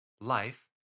life